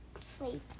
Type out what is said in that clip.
Sleep